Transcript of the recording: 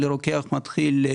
משכורת של רוקח מתחיל היא